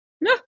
No